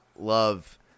love